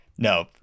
No